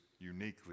uniquely